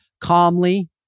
Calmly